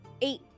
Eight